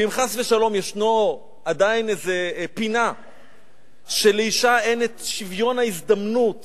ואם חס ושלום ישנה עדיין איזו פינה שלאשה אין שוויון הזדמנות